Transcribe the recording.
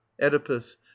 oedipus